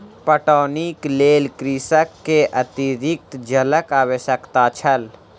पटौनीक लेल कृषक के अतरिक्त जलक आवश्यकता छल